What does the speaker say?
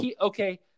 okay